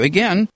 Again